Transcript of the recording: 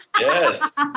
Yes